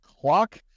clock